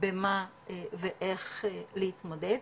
במה ואיך להתמודד.